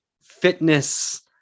fitness